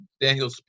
Daniel